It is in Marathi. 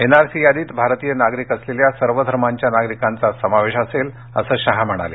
एनआरसी यादीत भारतीय नागरिक असलेल्या सर्व धर्मांच्या नागरिकांचा समावेश असेल असं शहा म्हणाले